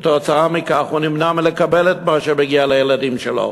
וכתוצאה מכך הוא נמנע מלקבל את מה שמגיע לילדים שלו.